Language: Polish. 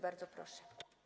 Bardzo proszę.